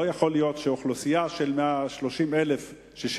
לא יכול להיות שאוכלוסייה של 30,000 איש,